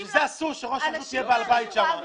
בשביל זה אסור שראש הרשות יהיה בעל הבית שם.